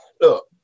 Look